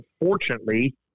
unfortunately